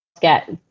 get